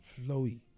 flowy